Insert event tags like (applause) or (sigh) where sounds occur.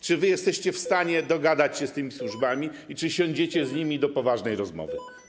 Czy wy jesteście w stanie dogadać się (noise) ze służbami i czy siądziecie z nimi do poważnej rozmowy?